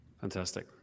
Fantastic